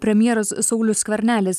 premjeras saulius skvernelis